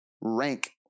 rank